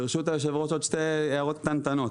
ברשות היושב-ראש, עוד שתי הערות קטנטנות.